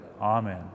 amen